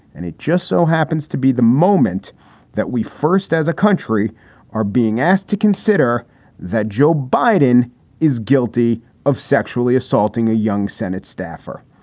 and it just so happens to be the moment that we first, as a country are being asked to consider that joe biden is guilty of sexually assaulting a young senate staffer.